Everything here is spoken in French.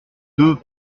deux